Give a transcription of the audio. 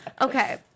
Okay